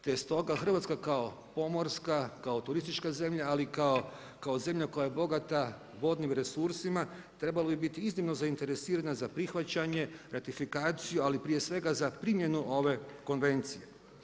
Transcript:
Te stoga Hrvatska kao pomorska, kao turistička zemlja, ali kao zemlja koja je bogata vodnim resursima, trebala bi biti iznimno zainteresirana za prihvaćanje ratifikaciju, ali prije svega za primjenu ove konvencije.